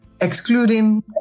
excluding